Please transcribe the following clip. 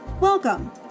Welcome